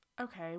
Okay